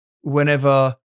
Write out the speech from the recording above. whenever